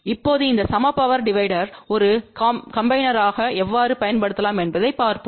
இப்போது இந்த சம பவர் டிவைடர்னை ஒரு கம்பினேர்பாக எவ்வாறு பயன்படுத்தலாம் என்பதைப் பார்ப்போம்